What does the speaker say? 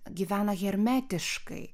gyvena hermetiškai